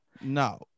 no